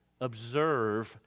observe